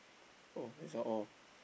oh that's all